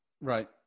Right